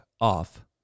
off